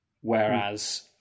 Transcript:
Whereas